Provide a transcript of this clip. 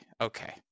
okay